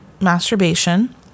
masturbation